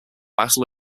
battle